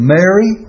Mary